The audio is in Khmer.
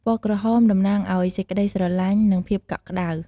ពណ៌ក្រហម តំណាងឲ្យ សេចក្តីស្រឡាញ់ និង ភាពកក់ក្តៅ។